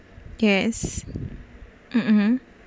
yes mm mm